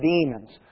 Demons